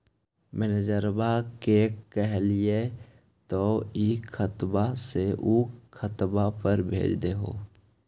मैनेजरवा के कहलिऐ तौ ई खतवा से ऊ खातवा पर भेज देहै?